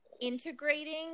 integrating